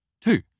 Two